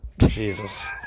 Jesus